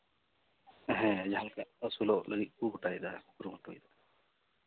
ᱦᱮᱸ ᱡᱟᱦᱟᱸ ᱞᱮᱠᱟ ᱟᱹᱥᱩᱞᱚᱜ ᱞᱟᱹᱜᱤᱫ ᱠᱚ ᱜᱳᱴᱟᱭᱮᱫᱟ ᱠᱩᱨᱩᱢᱩᱴᱩᱭᱮᱫᱟ